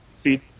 feed